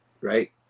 right